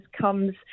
comes